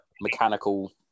mechanical